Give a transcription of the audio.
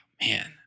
Man